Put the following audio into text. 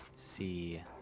see